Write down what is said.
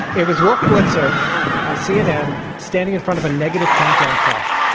it was wolf blitzer on cnn standing in front of a negative countdown clock.